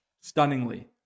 stunningly